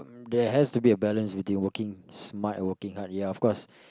there has to be a balance between working smart and working hard ya of course